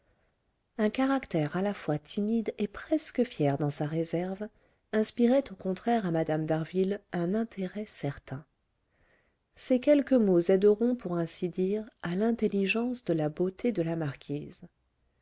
un caractère à la fois timide et presque fier dans sa réserve inspirait au contraire à mme d'harville un intérêt certain ces quelques mots aideront pour ainsi dire à l'intelligence de la beauté de la marquise